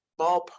ballpark